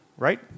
Right